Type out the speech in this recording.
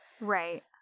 right